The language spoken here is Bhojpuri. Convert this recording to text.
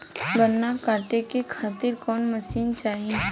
गन्ना कांटेके खातीर कवन मशीन चाही?